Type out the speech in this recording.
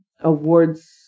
awards